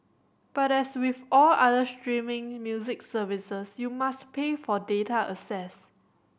but as with all other streaming music services you must pay for data access